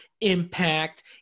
impact